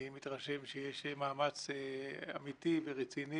אני מתרשם שיש מאמץ אמיתי ורציני